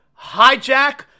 Hijack